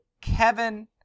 Kevin